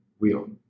Wheel